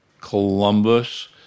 Columbus